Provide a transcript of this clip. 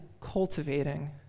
cultivating